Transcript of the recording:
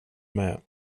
med